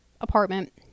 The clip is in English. apartment